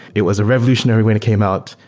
it was revolutionary when it came out.